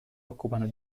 occupano